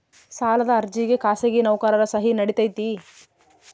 ಸಾಲದ ಅರ್ಜಿಗೆ ಖಾಸಗಿ ನೌಕರರ ಸಹಿ ನಡಿತೈತಿ?